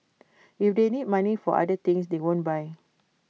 if they need money for other things they won't buy